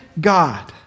God